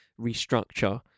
restructure